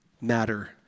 matter